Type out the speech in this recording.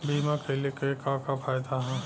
बीमा कइले का का फायदा ह?